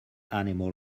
animal